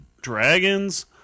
Dragons